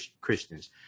Christians